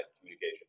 communication